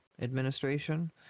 administration